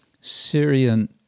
Syrian